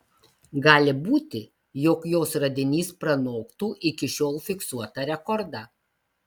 gali būti jog jos radinys pranoktų iki šiol fiksuotą rekordą